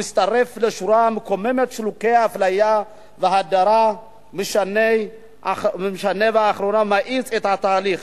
המצטרף לשורה מקוממת של חוקי אפליה והדרה מהשנה האחרונה ומאיץ את התהליך